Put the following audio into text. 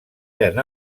eren